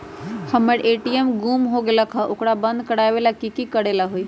हमर ए.टी.एम गुम हो गेलक ह ओकरा बंद करेला कि कि करेला होई है?